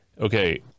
okay